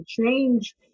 change